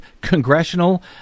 congressional